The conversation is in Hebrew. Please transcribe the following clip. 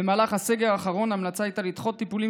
במהלך הסגר האחרון ההמלצה הייתה לדחות טיפולים